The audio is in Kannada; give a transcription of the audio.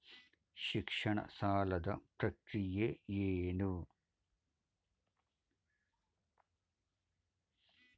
ಶಿಕ್ಷಣ ಸಾಲದ ಪ್ರಕ್ರಿಯೆ ಏನು?